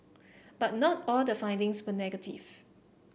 but not all the findings were negative